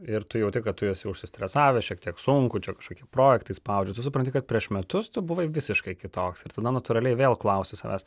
ir tu jauti kad tu esi užsistresavęs šiek tiek sunku čia kažkokie projektai spaudžia tu supranti kad prieš metus tu buvai visiškai kitoks ir tada natūraliai vėl klausi savęs